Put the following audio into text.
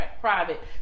private